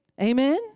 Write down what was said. amen